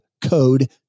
code